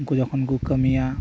ᱩᱝᱠᱩ ᱡᱚᱠᱷᱚᱱ ᱠᱚ ᱠᱟᱢᱤᱭᱟ